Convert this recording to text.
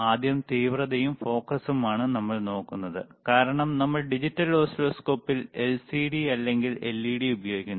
ആദ്യം തീവ്രതയും ഫോക്കസും ആണ് നമ്മൾ നോക്കുന്നത് കാരണം നമ്മൾ ഡിജിറ്റൽ ഓസിലോസ്കോപ്പിൽ എൽസിഡി അല്ലെങ്കിൽ എൽഇഡി ഉപയോഗിക്കുന്നു